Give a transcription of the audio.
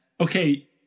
okay